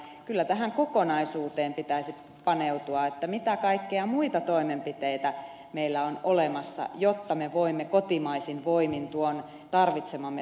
kyllä tähän kokonaisuuteen pitäisi paneutua mitä kaikkia muita toimenpiteitä meillä on olemassa jotta me voimme kotimaisin voimin tuon tarvitsemamme sähkön tuottaa